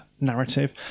narrative